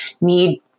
need